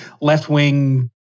left-wing